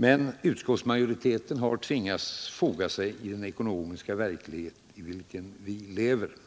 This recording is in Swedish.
Men utskottsmajoriteten har tvingats foga sig efter den ekonomiska verklighet i vilken vi lever, och